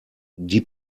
die